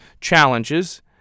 challenges